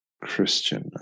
Christian